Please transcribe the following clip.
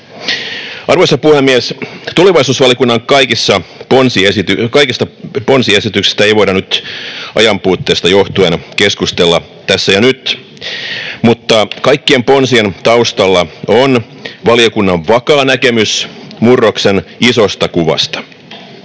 Arvoisa puhemies! Tulevaisuusvaliokunnan kaikista ponsiesityksistä ei voida ajanpuutteesta johtuen keskustella tässä ja nyt, mutta kaikkien ponsien taustalla on valiokunnan vakaa näkemys murroksen isosta kuvasta.